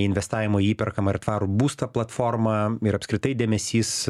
investavimo į įperkamą ir tvarų būstą platforma ir apskritai dėmesys